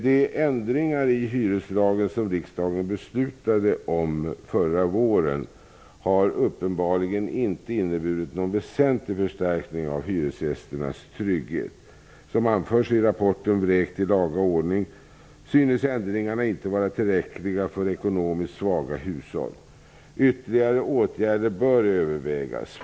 De ändringar i hyreslagen som riksdagen beslutade om förra våren har uppenbarligen inte inneburit någon väsentlig förstärkning av hyresgästernas trygghet. Som anförs i rapporten Vräkt i laga ordning synes ändringarna inte vara tillräckliga för ekonomiskt svaga hushåll. Ytterligare åtgärder bör övervägas.